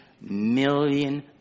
million